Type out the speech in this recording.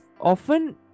often